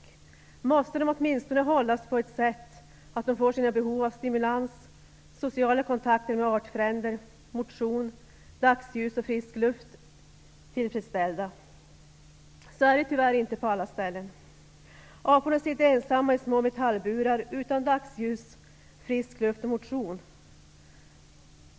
De måste åtminstone hållas på ett sådant sätt att de får sina behov av stimulans, sociala kontakter med artfränder, motion, dagsljus och frisk luft tillfredsställda. Så är det tyvärr inte på alla ställen. Aporna sitter ensamma i små metallburar, utan dagsljus, frisk luft och motion.